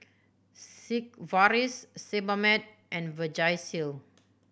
Sigvaris Sebamed and Vagisil